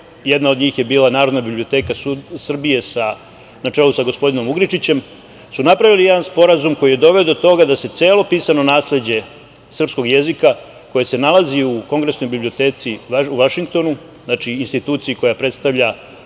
jedna od njih je bila Narodna biblioteka Srbije, na čelu sa gospodinom Ugričićem, napravili su jedan sporazum koji je doveo do toga da se celo pisano nasleđe srpskog jezika koje se nalazi u Kongresnoj biblioteci u Vašingtonu, znači, instituciji koja predstavlja